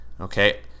Okay